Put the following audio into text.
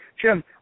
Jim